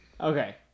Okay